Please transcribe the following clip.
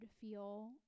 feel